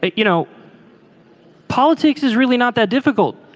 you know politics is really not that difficult.